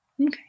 Okay